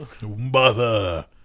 Mother